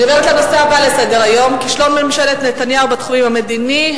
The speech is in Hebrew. אני עוברת לנושא הבא בסדר-היום: כישלון ממשלת נתניהו בתחומים המדיני,